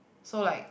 so like